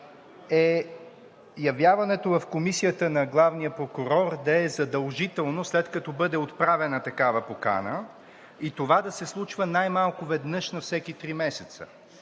е явяването в Комисията на главния прокурор да е задължително, след като бъде отправена такава покана и това да се случва най-малко веднъж на всеки три месеца.